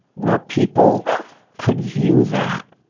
where people could view that